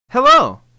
Hello